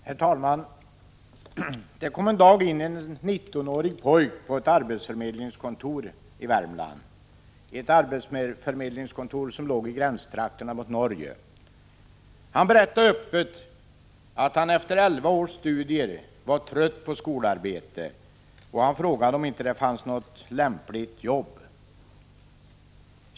Herr talman! Det kom en dag in en nittonårig pojke på ett arbetsförmedlingskontor i Värmland, i gränstrakterna mot Norge. Han berättade öppet att han efter elva års studier var trött på skolarbete och frågade om det fanns något lämpligt jobb.